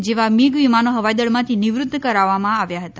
જેવા મિગ વિમાનો હવાઈદળમાંથી નિવૃત્ત કરવામાં આવ્યા હતા